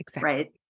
Right